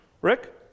Rick